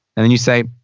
and you say,